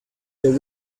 their